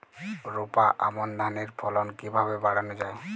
রোপা আমন ধানের ফলন কিভাবে বাড়ানো যায়?